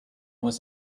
was